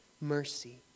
mercy